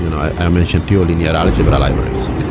you know i mentioned to you, linear algebra libraries.